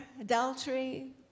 adultery